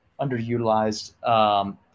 underutilized